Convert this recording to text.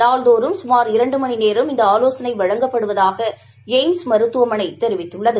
நாள்தோறும் சுமார் இரண்டு மணி நேரம் இந்த ஆலாசனை வழங்கப்படுவதாக எய்ம்ஸ் மருத்துவமனை தெரிவித்துள்ளது